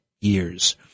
years